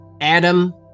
Adam